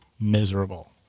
miserable